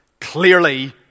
clearly